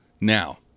Now